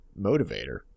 motivator